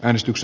äänestys